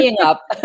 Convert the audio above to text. up